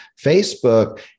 Facebook